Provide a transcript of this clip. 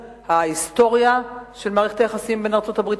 וההיסטוריה של מערכת היחסים בין ארצות-הברית